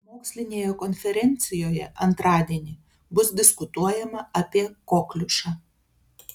mokslinėje konferencijoje antradienį bus diskutuojama apie kokliušą